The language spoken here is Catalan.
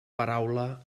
paraula